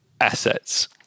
assets